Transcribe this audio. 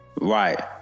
right